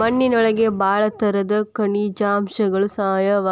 ಮಣ್ಣಿನೊಳಗ ಬಾಳ ತರದ ಖನಿಜಾಂಶಗಳು, ಸಾವಯವ